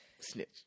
Snitch